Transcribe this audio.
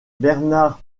besnard